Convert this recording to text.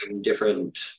different